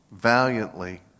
valiantly